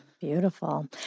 Beautiful